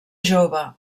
jove